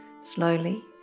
slowly